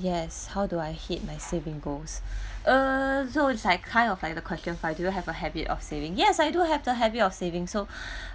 yes how do I hit my saving goals err so it's like kind of like the question five do I have the habit of saving yes I do have the habit of saving so